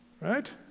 right